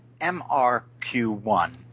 MRQ1